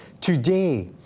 Today